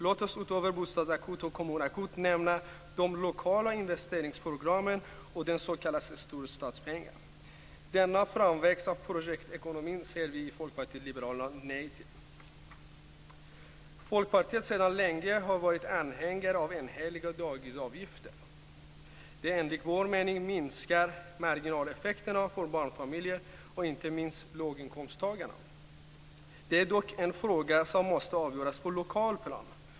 Låt oss utöver bostadsakut och kommunakut nämna de lokala investeringsprogrammen och den s.k. storstadspengen. Denna framväxt av projektekonomi säger vi i Folkpartiet liberalerna nej till. Folkpartiet har sedan länge varit anhängare av enhetliga dagisavgifter. Det minskar enligt vår mening marginaleffekterna för barnfamiljerna och inte minst låginkomsttagarna. Det är dock en fråga som måste avgöras på det lokala planet.